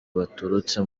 baturutse